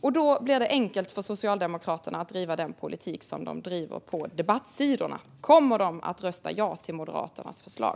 Då blir det enkelt för Socialdemokraterna att driva den politik som de driver på debattsidorna. Kommer de att rösta ja till Moderaternas förslag?